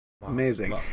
Amazing